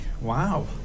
Wow